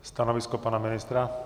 Stanovisko pana ministra?